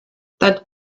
that